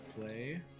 Play